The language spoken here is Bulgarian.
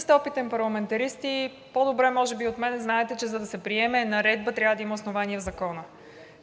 сте опитен парламентарист и по добре може би от мен знаете, че за да се приеме наредба, трябва да има основание в Закона.